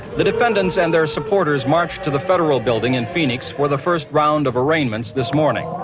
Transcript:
the defendants and their supporters marched to the federal building in phoenix where the first round of arraignments this morning.